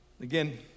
Again